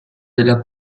della